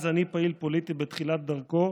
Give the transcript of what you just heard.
אני אז פעיל פוליטי בתחילת דרכו,